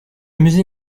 musée